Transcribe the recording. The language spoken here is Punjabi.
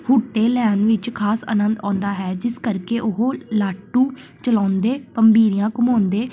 ਹੂਟੇ ਲੈਣ ਵਿੱਚ ਖ਼ਾਸ ਆਨੰਦ ਆਉਂਦਾ ਹੈ ਜਿਸ ਕਰਕੇ ਉਹ ਲਾਟੂ ਚਲਾਉਂਦੇ ਭੰਬੀਰੀਆਂ ਘੁੰਮਾਉਂਦੇ